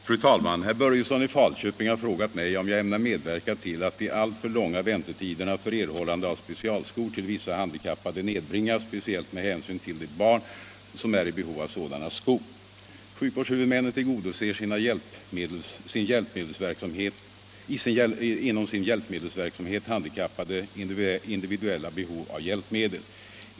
Fru talman! Herr Börjesson i Falköping har frågat mig om jag ämnar medverka till att de alltför långa väntetiderna för erhållande av specialskor till vissa handikappade nedbringas, speciellt med hänsynstagande till de barn som är i behov av sådana skor. Sjukvårdshuvudmännen tillgodoser inom sin hjälpmedelsverksamhet handikappades individuella behov av hjälpmedel.